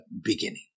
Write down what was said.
beginning